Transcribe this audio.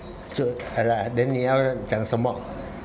就 !hanna! then 你要讲什么